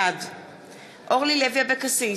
בעד אורלי לוי אבקסיס,